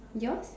yours